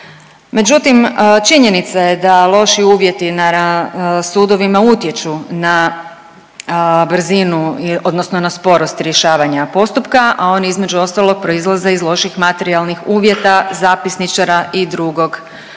Međutim, činjenica je da loši uvjeti na sudovima utječu na brzinu, odnosno na sporost rješavanja postupka, a oni između ostalog proizlaze iz loših materijalnih uvjeta zapisničara i drugog pratećeg